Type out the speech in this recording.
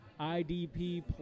idp